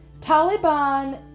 Taliban